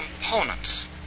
components